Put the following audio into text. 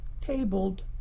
tabled